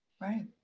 right